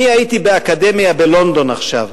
אני הייתי באקדמיה בלונדון עכשיו,